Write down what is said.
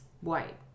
white